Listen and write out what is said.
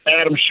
Adam